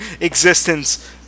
existence